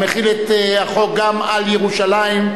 המחילה את החוק גם על ירושלים,